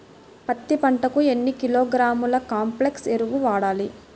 పత్తి పంటకు ఎన్ని కిలోగ్రాముల కాంప్లెక్స్ ఎరువులు వాడాలి?